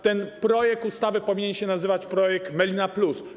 Ten projekt ustawy powinien się nazywać projekt: melina+.